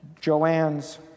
Joanne's